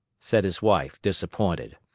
said his wife, disappointed.